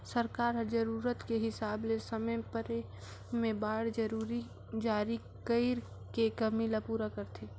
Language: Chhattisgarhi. सरकार ह जरूरत के हिसाब ले समे परे में बांड जारी कइर के कमी ल पूरा करथे